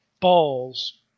Balls